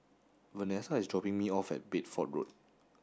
Vanesa is dropping me off at Bedford Road